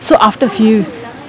so after few